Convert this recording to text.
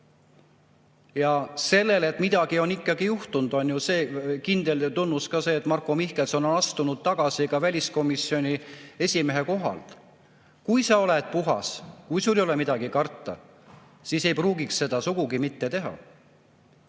Ja et midagi on ikkagi juhtunud, selle kindel tunnus on see, et Marko Mihkelson on astunud tagasi väliskomisjoni esimehe kohalt. Kui sa oled puhas, kui sul ei ole midagi karta, siis sa ei pruugiks seda sugugi mitte teha.